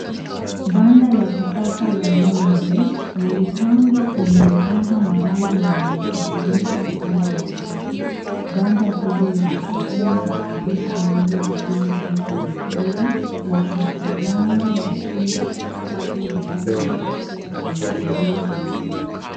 Banda la kisasa la ngombe wamepangwa kwenye vipanda maalum na wanashughulika kula malisho banda hilo lina sehemu za kulisha ngome zilizoundwa vizuri na lango la chumba katikati linaloelekea kwenye eneo lingine.